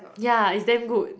yeah is damn good